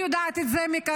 אני יודעת את זה מקרוב